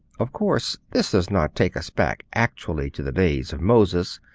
of course, this does not take us back actually to the days of moses,